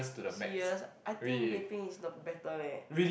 serious I think vapping is the better leh